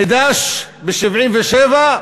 מד"ש, ב-1977,